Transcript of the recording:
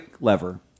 lever